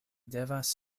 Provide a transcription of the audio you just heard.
devas